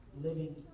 living